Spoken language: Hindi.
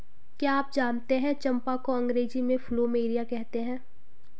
क्या आप जानते है चम्पा को अंग्रेजी में प्लूमेरिया कहते हैं?